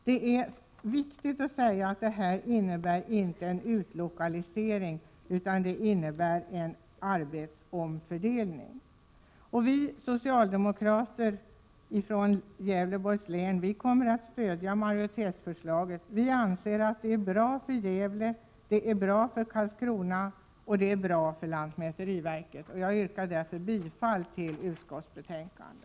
Det är viktigt att påpeka att detta inte innebär någon utlokalisering, utan en arbetsomfördelning. Vi socialdemokrater från Gävleborgs län kommer att stödja majoritetsförslaget. Vi anser att det är bra för Gävle, det är bra för Karlskrona och det är bra för lantmäteriverket. Jag yrkar därför bifall till hemställan i utskottets betänkande.